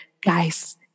guys